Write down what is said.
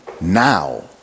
Now